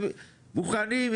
מוכנים,